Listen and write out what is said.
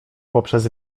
poprzez